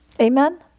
Amen